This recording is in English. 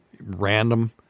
random –